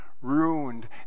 ruined